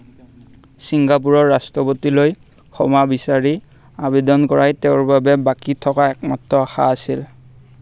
ছিংগাপুৰৰ ৰাষ্ট্ৰপতিলৈ ক্ষমা বিচাৰি আবেদন কৰাই তেওঁৰ বাবে বাকী থকা একমাত্ৰ আশা আছিল